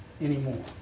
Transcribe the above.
anymore